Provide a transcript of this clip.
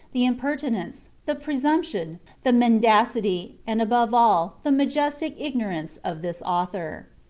the impertinence, the presumption, the mendacity, and, above all, the majestic ignorance of this author.